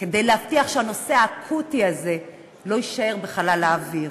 כדי להבטיח שהנושא האקוטי הזה לא יישאר בחלל האוויר.